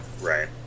Right